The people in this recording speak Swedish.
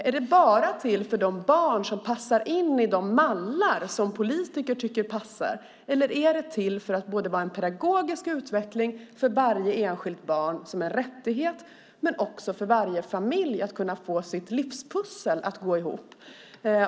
Är den bara till för de barn som passar in i de mallar som politiker tycker passar, eller är den till för att vara både en pedagogisk utveckling för varje enskilt barn - en rättighet - och ett sätt för varje familj att få sitt livspussel att gå ihop?